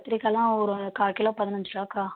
கத்திரிக்காயெலாம் ஒரு கால் கிலோ பதினஞ்சு ரூபாங்க்கா